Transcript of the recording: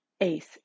Ace